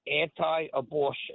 anti-abortion